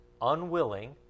Unwilling